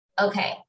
okay